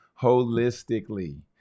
holistically